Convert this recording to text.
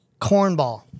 Cornball